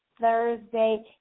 Thursday